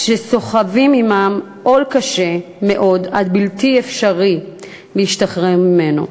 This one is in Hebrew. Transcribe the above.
שסוחבים עמם עול שקשה מאוד עד בלתי אפשרי להשתחרר ממנו.